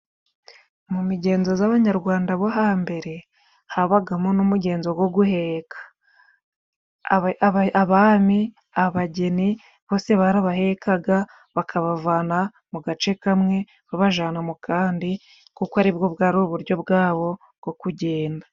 Mu migenzo z'abanyarwanda bo hambere habagamo n'umugenzo go guheka. Abami, abageni bose barabahekaga bakabavana mu gace kamwe babajana mu kandi kuko aribwo bwari uburyo bwabo bwo kugenda.